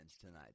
tonight